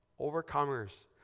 Overcomers